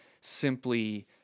simply